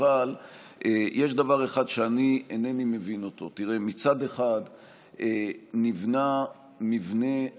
אבל יש דבר אחד שאני אינני מבין אותו: מצד אחד נבנה מבנה חדש,